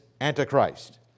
Antichrist